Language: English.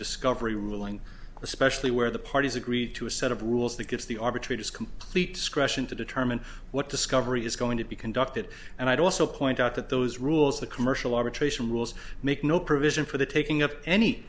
discovery ruling especially where the parties agreed to a set of rules that gives the arbitrators complete scrushy to determine what discovery is going to be conducted and i'd also point out that those rules the commercial arbitration rules make no provision for the taking of any